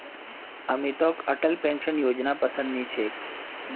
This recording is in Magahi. अमितक अटल पेंशन योजनापसंद नी छेक